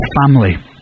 family